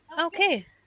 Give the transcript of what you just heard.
Okay